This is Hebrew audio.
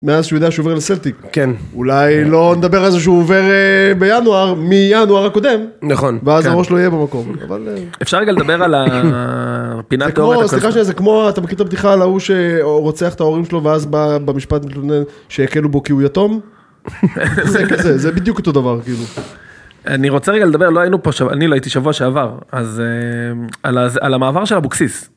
מאז שהוא יודע שהוא עובר לסלטיק. כן. אולי לא נדבר על זה שהוא עובר בינואר, מינואר הקודם. נכון. ואז הראש לא יהיה במקום, אבל... אפשר רגע לדבר על הפינלטו. זה כמו, סליחה שזה כמו, אתה מכיר את הבדיחה על ההוא שרוצח את ההורים שלו, ואז במשפט, שהקלו בו כי הוא יתום. זה כזה, זה בדיוק אותו דבר, כאילו. אני רוצה רגע לדבר, לא היינו פה, אני לא הייתי שבוע שעבר, אז על המעבר של הבוקסיס.